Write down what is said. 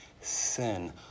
Sin